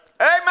Amen